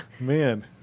man